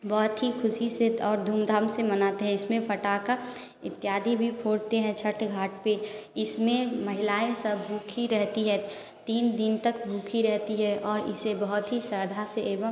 बहुत ही खुशी से और धूमधाम से मनाते हैं इसमें फटाका इत्यादि भी फोड़ते हैं छठ घाट पे इसमें महिलाएँ सब भूखी रहती हैं तीन दिन तक भूखी रहती है और इसे बहुत ही श्रद्धा से एवं